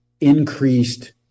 increased